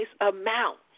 amount